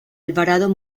alvarado